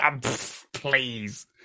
please